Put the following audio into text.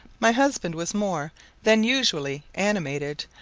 my husband was more than usually animated,